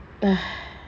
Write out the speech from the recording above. !hais!